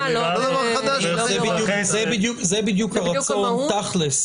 זה לא דבר חדש.